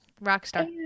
Rockstar